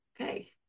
Okay